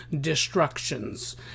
destructions